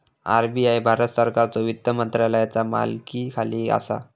RBI Bharat सरकारच्यो वित्त मंत्रालयाचा मालकीखाली असा